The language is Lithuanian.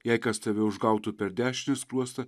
jei kas tave užgautų per dešinį skruostą